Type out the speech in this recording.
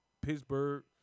Pittsburgh